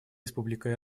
республика